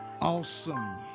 Awesome